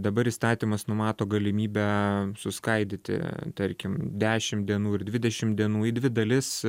dabar įstatymas numato galimybę suskaidyti tarkim dešimt dienų ir dvidešimt dienų į dvi dalis